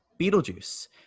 Beetlejuice